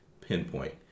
pinpoint